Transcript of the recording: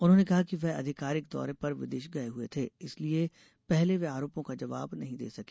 उन्होंने कहा कि वह आधिकारिक दौरे पर विदेश गये हुए थे इसलिए पहले वह आरोपों का जवाब नहीं दे सके